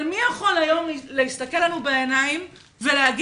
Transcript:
אבל מי יכול היום להסתכל לנו בעיניים ולהגיד